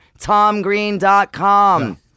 TomGreen.com